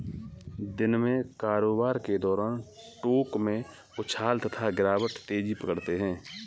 दिन में कारोबार के दौरान टोंक में उछाल तथा गिरावट तेजी पकड़ते हैं